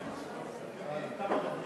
כמה דוברים?